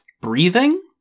breathing